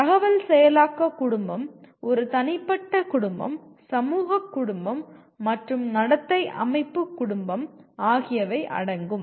தகவல் செயலாக்க குடும்பம் ஒரு தனிப்பட்ட குடும்பம் சமூக குடும்பம் மற்றும் நடத்தை அமைப்பு குடும்பம் ஆகியவை அடங்கும்